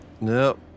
Nope